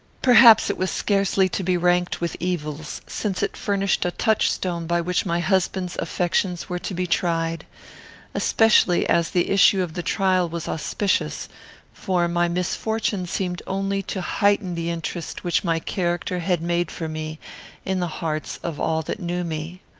perhaps it was scarcely to be ranked with evils, since it furnished a touchstone by which my husband's affections were to be tried especially as the issue of the trial was auspicious for my misfortune seemed only to heighten the interest which my character had made for me in the hearts of all that knew me.